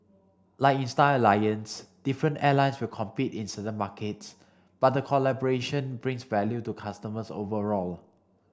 like in Star Alliance different airlines will compete in certain markets but the collaboration brings value to customers overall